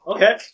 Okay